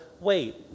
wait